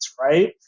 right